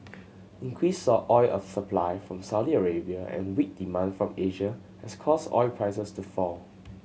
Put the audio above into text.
increased oil supply from Saudi Arabia and weak demand from Asia has caused oil prices to fall